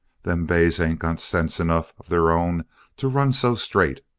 them bays ain't got sense enough of their own to run so straight.